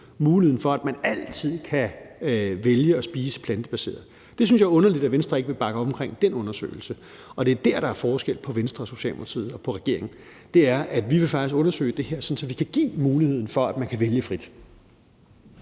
mulighederne for, at man altid kan vælge at spise plantebaseret. Der synes jeg bare, at det er underligt, at Venstre ikke vil bakke op om den undersøgelse, og det er der, der er forskel på Venstre og Socialdemokratiet og regeringen – det er nemlig, at vi faktisk vil undersøge det her, sådan at vi kan give muligheden for, at man kan vælge frit.